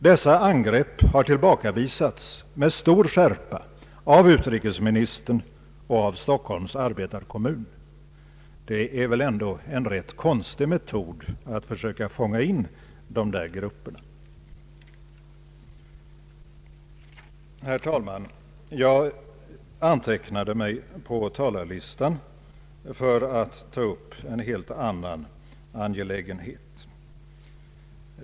Dessa angrepp har tillbakavisats med stor skärpa av utrikesministern och av Stockholms arbetarekommun. Det är väl ändå en rätt konstig metod att försöka fånga in de där grupperna. Herr talman! Jag antecknade mig på talarlistan för att ta upp en helt annan angelägenhet.